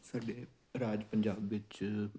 ਸਾਡੇ ਰਾਜ ਪੰਜਾਬ ਵਿੱਚ